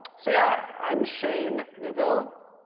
so yeah, i'm shane neuville.